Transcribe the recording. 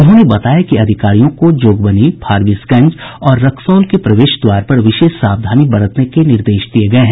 उन्होंने बताया कि अधिकारियों को जोगबनी फारबिसगंज और रक्सौल के प्रवेश द्वारा पर विशेष सावधानी बरतने के निर्देश दिये गये हैं